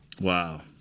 wow